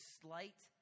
slight